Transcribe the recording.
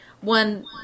one